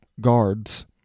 guards